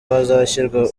hazashyirwa